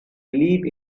believe